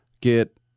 Get